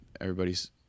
everybody's